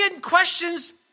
questions